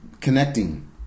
connecting